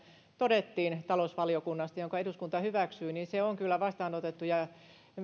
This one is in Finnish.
todettiin ja jonka eduskunta hyväksyi on kyllä vastaanotettu